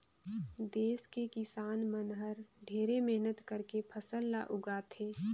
देस के किसान मन हर ढेरे मेहनत करके फसल ल उगाथे